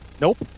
Nope